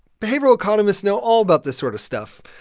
behavioral economists know all about this sort of stuff.